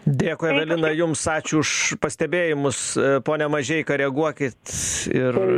dėkui evelina jums ačiū už pastebėjimus pone mažeika reaguokit ir